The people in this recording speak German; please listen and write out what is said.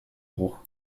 bruch